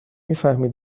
میفهمی